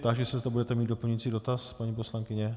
Táži se, zda budete mít doplňující dotaz, paní poslankyně.